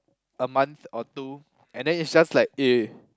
a month or two and then it's just like eh